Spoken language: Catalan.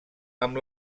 amb